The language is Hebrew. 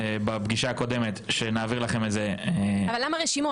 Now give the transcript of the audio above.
עידית בפגישה הקודמת שנעביר לכם את זה --- אבל למה רשימות?